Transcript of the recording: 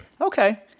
Okay